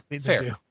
fair